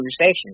conversation